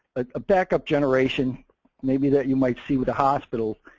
a backup generation maybe that you might see with a hospital,